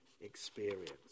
experience